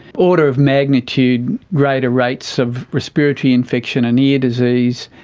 order of magnitude greater rates of respiratory infection and ear disease,